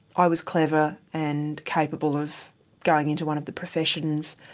i was clever and capable of going into one of the professions.